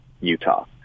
Utah